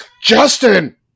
Justin